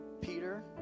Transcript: Peter